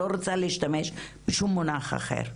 אני לא רוצה להשתמש בשום מונח אחר.